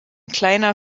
kleiner